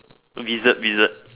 wizard wizard